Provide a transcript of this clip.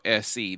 SC